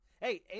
hey